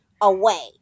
away